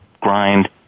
grind